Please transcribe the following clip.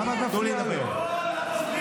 למה את מפריעה לו?